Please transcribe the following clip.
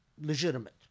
legitimate